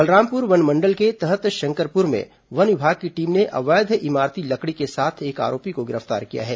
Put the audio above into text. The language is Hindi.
बलरामपुर वनमंडल के तहत शंकरपुर में वन विभाग की टीम ने अवैध इमारती लकड़ी के साथ एक आरोपी को गिरफ्तार किया है